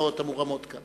האצבעות המורמות כאן.